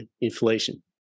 inflation